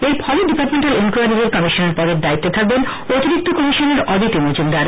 এর ফলে departmental inquiries এর কমিশনার পদে দায়িত্বে থাকবেন অতিরিক্ত কমিশনার অদিতি মজুমদার